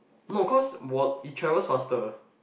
no cause wat~ it travels faster